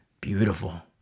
beautiful